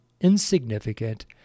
insignificant